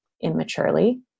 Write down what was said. immaturely